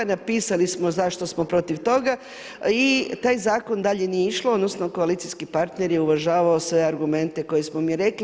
Napisali smo zašto smo protiv toga i taj zakon dalje nije išao, odnosno koalicijski partner je uvažavao sve argumente koje smo mi rekli.